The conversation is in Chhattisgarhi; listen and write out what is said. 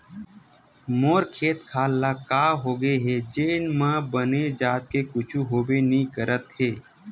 मोर खेत खार ल का होगे हे जेन म बने जात के कुछु होबे नइ करत हे